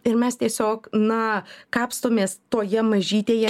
ir mes tiesiog na kapstomės toje mažytėje